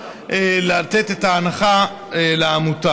(סמכות רשות מקומית לתת פטור מארנונה למוסד מתנדב לשירות הציבור),